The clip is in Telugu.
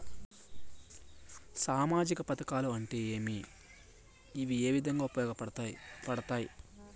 సామాజిక పథకాలు అంటే ఏమి? ఇవి ఏ విధంగా ఉపయోగపడతాయి పడతాయి?